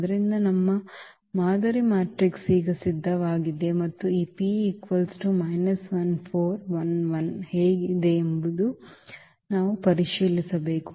ಆದ್ದರಿಂದ ನಮ್ಮ ಮಾದರಿ ಮ್ಯಾಟ್ರಿಕ್ಸ್ ಈಗ ಸಿದ್ಧವಾಗಿದೆ ಮತ್ತು ಈ ಹೇಗಿದೆ ಎಂದು ನಾವು ಪರಿಶೀಲಿಸಬಹುದು